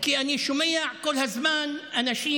כי אני שומע כל הזמן אנשים,